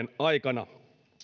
aikana